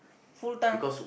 full time